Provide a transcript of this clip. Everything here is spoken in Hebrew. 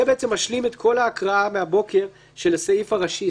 זה בעצם משלים את כל ההקראה מהבוקר של הסעיף הראשי,